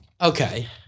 Okay